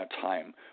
time